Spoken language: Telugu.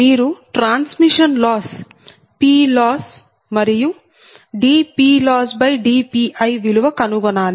మీరు ట్రాన్స్మిషన్ లాస్ PLoss మరియు dPLossdPi విలువ కనుగొనాలి